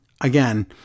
again